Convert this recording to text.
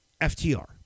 FTR